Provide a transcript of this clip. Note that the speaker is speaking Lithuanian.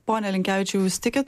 pone linkevičiau jūs tikit